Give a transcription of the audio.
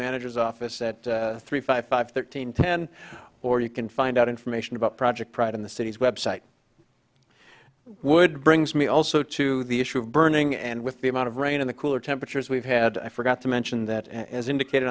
manager's office at three five five thirteen ten or you can find out information about project pride in the city's website wood brings me also to the issue of burning and with the amount of rain in the cooler temperatures we've had i forgot to mention that as indicated